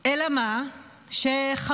צודק.